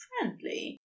friendly